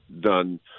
done